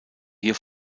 hier